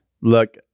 look